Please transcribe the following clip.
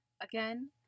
Again